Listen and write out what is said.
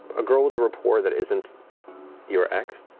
a girl with a rapport that isn't your ex.